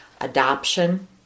adoption